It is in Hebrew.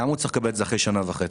למה הוא צריך לקבל את זה אחרי שנה וחצי?